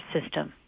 system